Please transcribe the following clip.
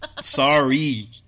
Sorry